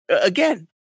again